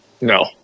No